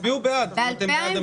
תצביעו בעד --- ב-2015,